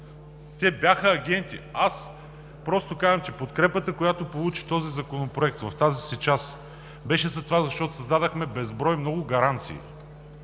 Те бяха агенти. Аз просто казвам, че подкрепата, която получи този законопроект в тази си част, беше за това, защото създадохме безброй много гаранции